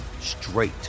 straight